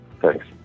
Thanks